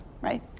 right